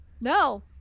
No